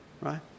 right